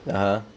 ya